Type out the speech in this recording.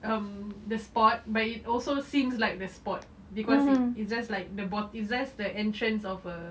um the spot but it also seems like the spot cause it it just like the bot~ it's just the entrance of a